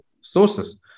sources